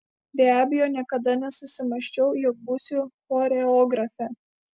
be abejo niekada nesusimąsčiau jog būsiu choreografė